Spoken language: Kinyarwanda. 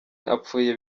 apfuye